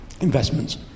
investments